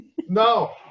No